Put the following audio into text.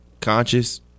conscious